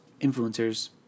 influencers